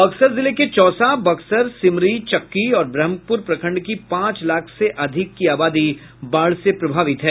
बक्सर जिले के चौसा बक्सर सिमरी चक्की और ब्रह्मपुर प्रखंड की पांच लाख से अधिक की आबादी बाढ़ से प्रभावित है